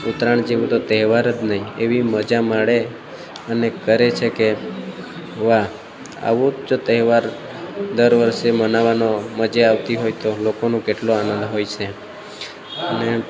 ઉત્તરાયણ જેવું તો તહેવાર જ નહીં એવી મજા માળે અને કરે છે કે વાહ આવું જ જો તહેવાર દર વર્ષે મનાવવાનો મજા આવતી હોય તો લોકોનો કેટલો આનંદ હોય છે અને